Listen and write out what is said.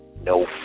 No